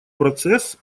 процесс